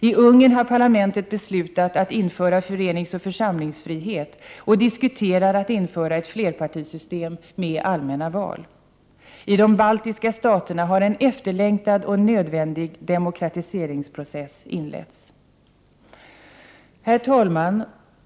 I Ungern har parlamentet beslutat att införa föreningsoch församlingsfrihet och diskuterar att införa ett flerpartisystem med allmänna val. I de baltiska staterna har en efterlängtad och nödvändig demokratiseringsprocess inletts. Herr talman!